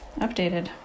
updated